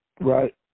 Right